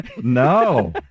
No